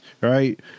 right